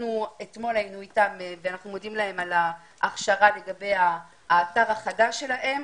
אתמול היינו אתם ואנחנו מודים להם על ההקשבה לגבי האתר החדש שלהם.